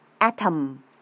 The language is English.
atom